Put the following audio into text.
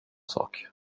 sak